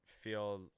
feel